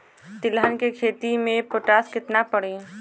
तिलहन के खेती मे पोटास कितना पड़ी?